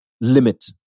limit